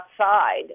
outside